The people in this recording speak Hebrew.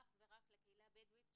אך ורק לקהילה הבדואית,